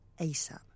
ASAP